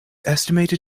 estimated